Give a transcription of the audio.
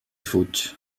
fuig